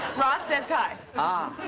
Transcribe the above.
ross says hi. ah.